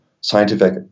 scientific